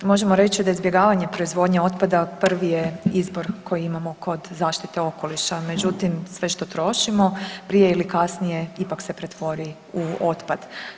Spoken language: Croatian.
Možemo reći da izbjegavanje proizvodnje otpada prvi je izbor koji imamo kod zaštite okoliša, međutim sve što trošimo prije ili kasnije ipak se pretvori u otpad.